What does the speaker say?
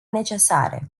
necesare